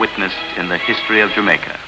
witnessed in the history of jamaica